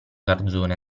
garzone